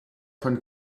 von